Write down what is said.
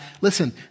listen